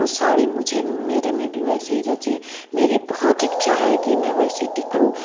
वो साड़ी मुझे मेरे में भी वैसे ही जचें मेरी बहुत इच्छा है कि मैं वैसी दिखूँ